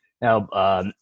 Now